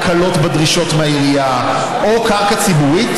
הקלות בדרישות מהעירייה או קרקע ציבורית,